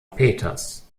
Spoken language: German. peters